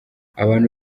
abantu